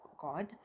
god